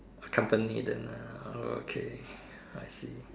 accompany then uh okay I see